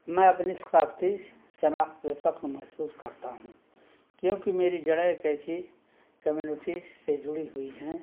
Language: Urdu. میں اپنی ثقافتی شناخت کے فخر محسوس کرتا ہوں کیونکہ میری جڑیں ایک ایسی کمیونٹی سے جڑی ہوئی ہیں